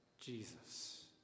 Jesus